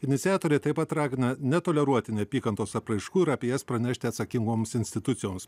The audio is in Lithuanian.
iniciatoriai taip pat ragina netoleruoti neapykantos apraiškų ir apie jas pranešti atsakingoms institucijoms